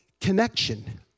connection